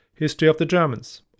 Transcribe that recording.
historyofthegermans